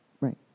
Right